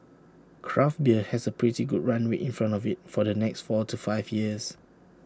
craft beer has A pretty good runway in front of IT for the next four to five years